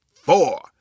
four